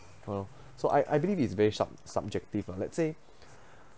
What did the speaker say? ya loh so I I believe it's very sub~ subjective lah let's say